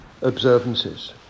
observances